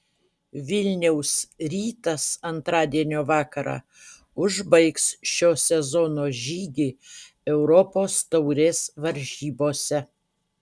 vilniaus rytas antradienio vakarą užbaigs šio sezono žygį europos taurės varžybose